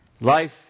Life